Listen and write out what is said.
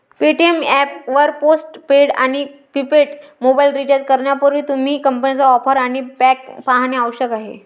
Paytm app वर post paid आणि prepaid mobile recharge करण्यापूर्वी, तुम्ही कंपनीच्या ऑफर आणि पॅक पाहणे आवश्यक आहे